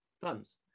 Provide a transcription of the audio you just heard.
funds